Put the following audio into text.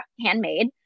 handmade